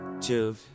two